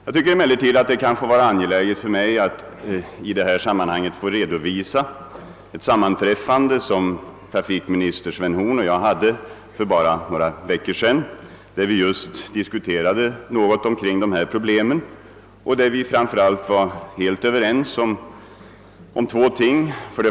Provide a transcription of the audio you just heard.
Jag tycker emellertid att det är angeläget att i detta sammanhang redovisa ett sammanträffande mellan trafikminister Svend Horn och mig för bara några veckor sedan varvid just dessa problem diskuterades. Vi var framför allt överens om två ting.